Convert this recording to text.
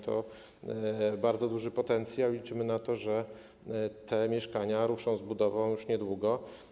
To bardzo duży potencjał i liczymy na to, że te mieszkania ruszą z budową już niedługo.